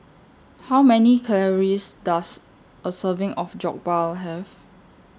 How Many Calories Does A Serving of Jokbal Have